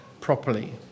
properly